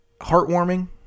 Heartwarming